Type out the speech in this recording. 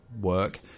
work